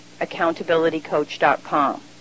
accountabilitycoach.com